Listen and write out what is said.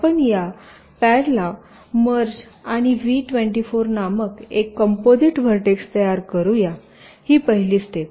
आपण या प्येर ला मर्ज आणि व्ही 24 नामक एक कॉम्पोजिट व्हर्टेक्स तयार करूया ही पहिली स्टेप